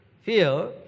fear